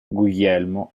guglielmo